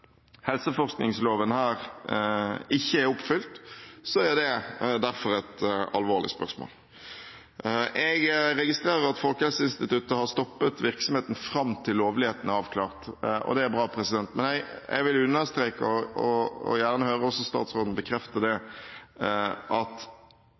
helseforskningsloven her ikke er oppfylt, er det derfor et alvorlig spørsmål. Jeg registrerer at Folkehelseinstituttet har stoppet virksomheten fram til lovligheten er avklart, og det er bra. Men jeg vil understreke, og gjerne høre statsråden bekrefte,